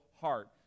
heart